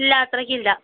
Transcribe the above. ഇല്ല അത്രയ്ക്കില്ല